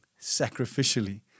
sacrificially